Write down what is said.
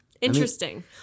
Interesting